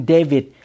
David